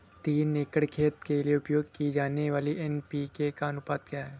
तीन एकड़ खेत के लिए उपयोग की जाने वाली एन.पी.के का अनुपात क्या है?